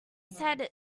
said